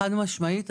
חד משמעית.